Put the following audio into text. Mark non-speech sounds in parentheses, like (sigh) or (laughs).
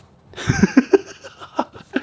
(laughs)